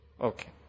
Okay